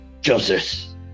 justice